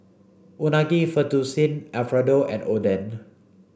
Unagi Fettuccine Alfredo and Oden